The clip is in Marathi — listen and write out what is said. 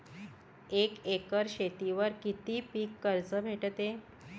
एक एकर शेतीवर किती पीक कर्ज भेटते?